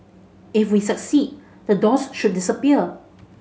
if we succeed the doors should disappear